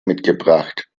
mitgebracht